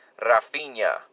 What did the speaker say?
Rafinha